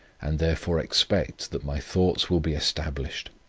and therefore expect that my thoughts will be established